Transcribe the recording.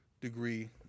degree